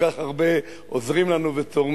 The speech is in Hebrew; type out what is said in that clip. כל כך הרבה עוזרים לנו ותורמים,